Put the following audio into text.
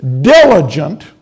diligent